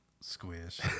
Squish